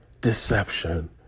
deception